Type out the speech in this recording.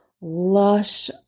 lush